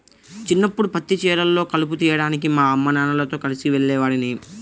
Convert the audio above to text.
చిన్నప్పడు పత్తి చేలల్లో కలుపు తీయడానికి మా అమ్మానాన్నలతో కలిసి వెళ్ళేవాడిని